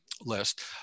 list